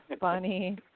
funny